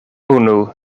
unu